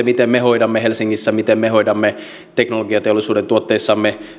miten me hoidamme helsingissä miten me hoidamme teknologiateollisuuden tuotteissamme